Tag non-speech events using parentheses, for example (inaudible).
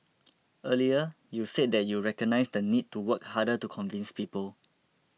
(noise) earlier you said that you recognise the need to work harder to convince people